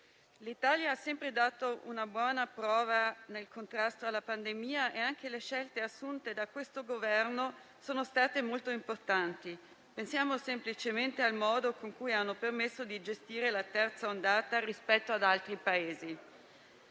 l'Italia ha sempre dato una buona prova nel contrasto alla pandemia e anche le scelte assunte da questo Governo sono state molto importanti: pensiamo semplicemente al modo in cui hanno permesso di gestire la terza ondata, rispetto ad altri Paesi.